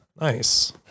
Nice